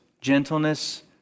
gentleness